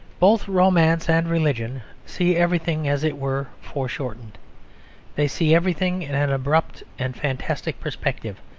both romance and religion see everything as it were foreshortened they see everything in an abrupt and fantastic perspective,